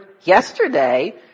yesterday